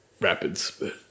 Rapids